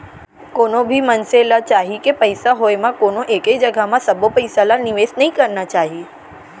कोनो भी मनसे ल चाही के पइसा होय म कोनो एके जघा म सबो पइसा ल निवेस नइ करना चाही